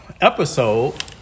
episode